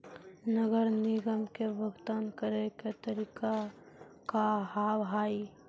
नगर निगम के भुगतान करे के तरीका का हाव हाई?